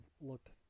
looked